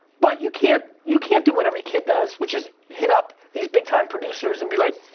but you can't, you can't do what every kid does, which is hit up these big time producers and be like,